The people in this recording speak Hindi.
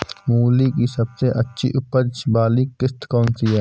मूली की सबसे अच्छी उपज वाली किश्त कौन सी है?